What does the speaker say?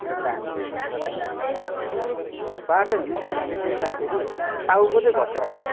तिर जान्थे तर झाडापिसाब गर्थे बाटो हिँड्ने मान्छेले देख्दाखेरि टाउको चाहिँ घोप्ट्याउँथे